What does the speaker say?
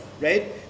right